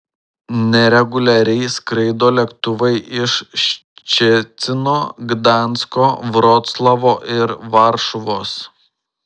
nereguliariai skraido lėktuvai iš ščecino gdansko vroclavo ir varšuvos